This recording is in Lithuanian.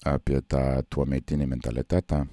apie tą tuometinį mentalitetą